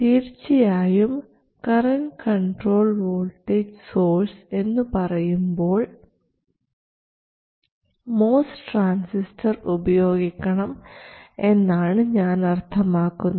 തീർച്ചയായും current controlled voltage source എന്നു പറയുമ്പോൾ MOS ട്രാൻസിസ്റ്റർ ഉപയോഗിക്കണം എന്നാണ് ഞാൻ അർത്ഥമാക്കുന്നത്